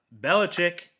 Belichick